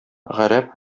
гарәп